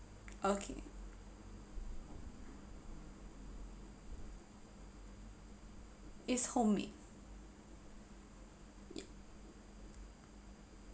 okay it's home made